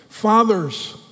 Fathers